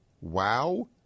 Wow